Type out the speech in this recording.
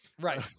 Right